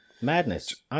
Madness